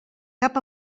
cap